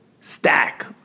stack